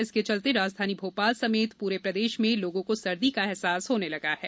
इसके चलते राजधानी भोपाल समेत पूरे प्रदेश में लोगों को सर्दी का एहसास होने लगा है